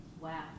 Wow